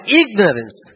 ignorance